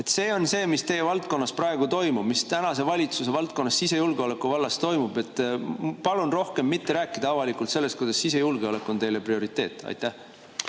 see on see, mis teie valdkonnas praegu toimub, mis tänase valitsuse sisejulgeoleku vallas toimub. Palun rohkem avalikult mitte rääkida sellest, kuidas sisejulgeolek on teile prioriteet. Aitäh,